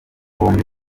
bombi